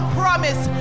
promise